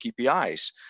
kpis